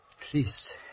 Please